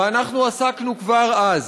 ואנחנו עסקנו כבר אז